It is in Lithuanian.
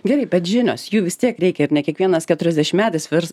gerai bet žinios jų vis tiek reikia ir ne kiekvienas keturiasdešimtmetis virs